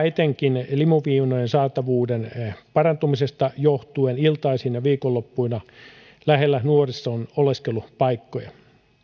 etenkin limuviinojen saatavuuden parantumisesta iltaisin ja viikonloppuina lähellä nuorison oleskelupaikkoja